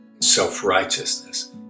self-righteousness